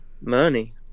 Money